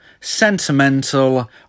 sentimental